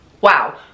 wow